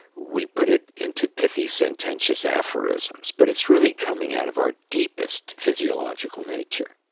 we put it into pithy, sententious aphorisms, but it's really coming out of our deepest physiological nature